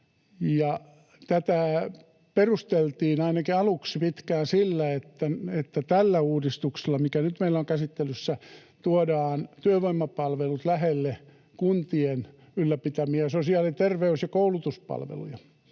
Tätä perusteltiin ainakin aluksi pitkään sillä, että tällä uudistuksella, mikä nyt meillä on käsittelyssä, tuodaan työvoimapalvelut lähelle kuntien ylläpitämiä sosiaali- ja terveys- sekä koulutuspalveluja.